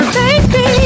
baby